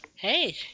Hey